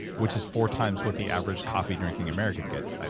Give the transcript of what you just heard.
which is four times what the average coffee drinking american gets.